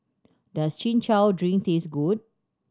does Chin Chow drink taste good